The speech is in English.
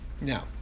Now